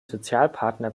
sozialpartner